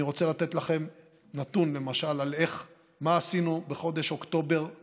אני רוצה לתת לכם למשל נתון על מה עשינו בחודש אוקטובר-נובמבר